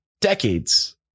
decades